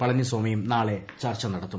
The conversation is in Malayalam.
പളനിസ്വാമിയും നാളെ ചർച്ച നടത്തും